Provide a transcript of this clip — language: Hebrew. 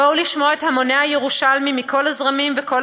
בואו לשמוע את המוני הירושלמים מכל הזרמים ומכל